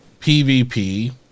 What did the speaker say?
PvP